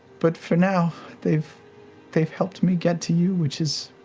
but for now, they've they've helped me get to you, which is